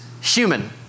human